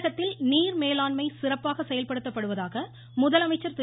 தமிழகத்தில் நீர் மேலாண்மை சிறப்பாக செயல்படுத்தப்படுவதாக முதலமைச்சர் திரு